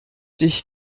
dich